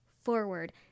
forward